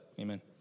Amen